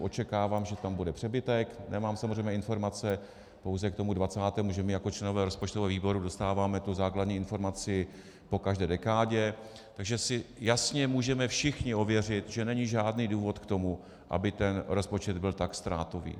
Očekávám, že tam bude přebytek, nemám samozřejmě informace, pouze k tomu dvacátému, protože my jako členové rozpočtového výboru dostáváme tu základní informaci po každé dekádě, takže si jasně můžeme všichni ověřit, že není žádný důvod k tomu, aby ten rozpočet byl tak ztrátový.